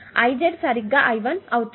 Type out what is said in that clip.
Iz సరిగ్గా I1 అవుతుంది